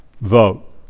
Vote